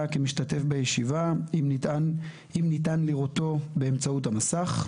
כמשתתף בישיבה אם ניתן לראותו באמצעות המסך.